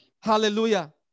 hallelujah